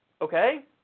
okay